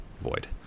Void